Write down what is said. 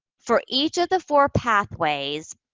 for each of the four pathways,